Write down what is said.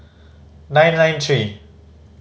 nine nine three